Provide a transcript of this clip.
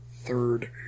third